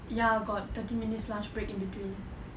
ya got thirty minutes lunch break in between